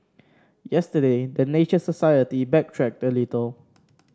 yesterday the Nature Society backtracked a little